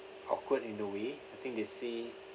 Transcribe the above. awkward in the way I think they say